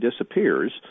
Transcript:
disappears